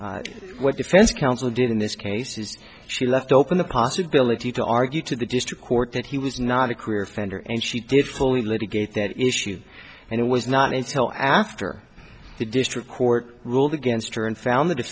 what defense counsel did in this case is she left open the possibility to argue to the district court that he was not a career founder and she did fully litigate that issue and it was not until after the district court ruled against her and found